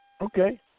Okay